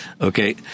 Okay